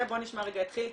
עכשיו נשמע רגע את חיליק,